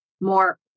more